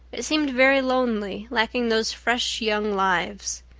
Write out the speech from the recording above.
it seemed very lonely, lacking those fresh young lives.